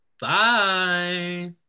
Bye